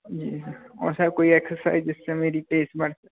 जी और सर कोई एक्सरसाइज जिससे मेरी पेस बढ़